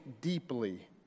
deeply